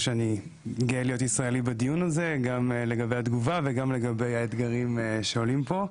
גאה להיות ישראלי בדיון הזה גם לגבי התגובה וגם לגבי האתגרים שעולים פה.